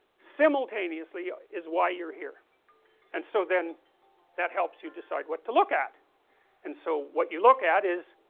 simultaneously is why you are here and so then that helps you decide what to look at and so what you look at is